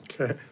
Okay